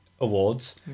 awards